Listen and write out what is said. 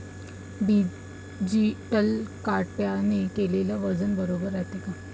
Digital काट्याने केलेल वजन बरोबर रायते का?